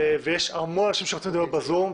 ויש המון אנשים שרוצים לדבר בזום,